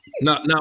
now